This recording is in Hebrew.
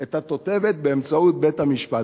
את התותבת באמצעות בית-המשפט.